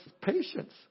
patience